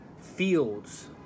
Fields